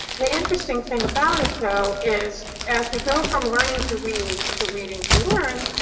the interesting thing about it though is as we go from learning to read to reading to learn,